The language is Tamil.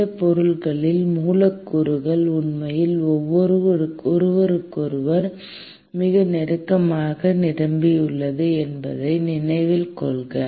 திடப்பொருட்களில் மூலக்கூறுகள் உண்மையில் ஒருவருக்கொருவர் மிக நெருக்கமாக நிரம்பியுள்ளன என்பதை நினைவில் கொள்க